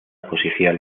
posición